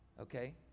okay